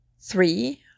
Three